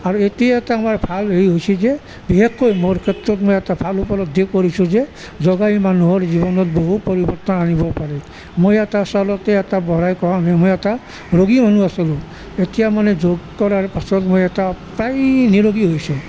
আৰু এতিয়াতো আমাৰ ভাল হেৰি হৈছে যে বিশেষকৈ মোৰ ক্ষেত্ৰত মোৰ এটা ভাল উপলব্ধি কৰিছোঁ যে যোগাই মানুহৰ জীৱনত বহুত পৰিৱৰ্তন আনিব পাৰে মই ইয়াত আচলতে এটা বঢ়াই কোৱা নাই মই এটা ৰোগী মানুহ আছিলোঁ এতিয়া মানে যোগ কৰাৰ পাছত মই এটা প্ৰায় নিৰোগী হৈছোঁ